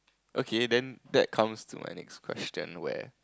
okay then that comes to my next question where